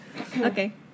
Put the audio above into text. Okay